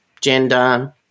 gender